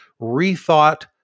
rethought